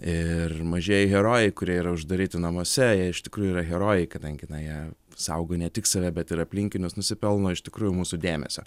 ir mažieji herojai kurie yra uždaryti namuose jie iš tikrųjų yra herojai kadangi na jie saugo ne tik save bet ir aplinkinius nusipelno iš tikrųjų mūsų dėmesio